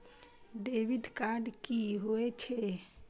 Debit card की होय छे?